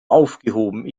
aufgehoben